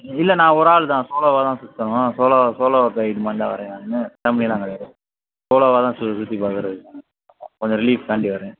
இல்லை நான் ஒரு ஆள்தான் சோலோவாகதான் சுற்றணும் சோலோ சோலோ ரைட் வரேன் நான் ஃபேமிலியெலாம் கிடையாது சோலோவாகதான் சு சுற்றி பார்க்குறதுக்கு கொஞ்சம் ரிலீஃப்காண்டி வரேன்